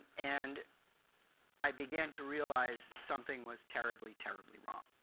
and i began to realize something was terribly, terribly wrong.